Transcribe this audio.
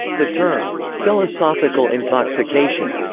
the term philosophical intoxication,